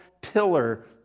pillar